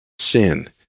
Sin